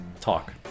talk